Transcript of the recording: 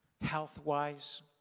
health-wise